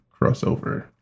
crossover